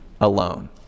alone